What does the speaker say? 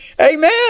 Amen